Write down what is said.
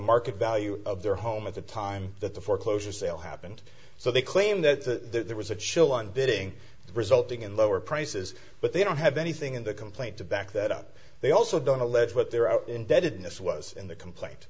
market value of their home at the time that the foreclosure sale happened so they claim that there was a chill on bidding resulting in lower prices but they don't have anything in the complaint to back that up they also don't allege what there are indebtedness was in the complaint